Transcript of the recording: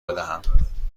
بدهم